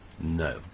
No